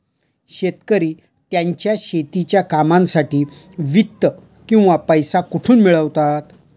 शेतकरी त्यांच्या शेतीच्या कामांसाठी वित्त किंवा पैसा कुठून मिळवतात?